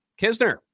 Kisner